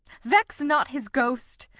vex not his ghost.